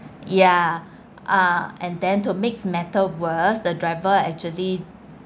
ya ah and then to makes matter worse the driver actually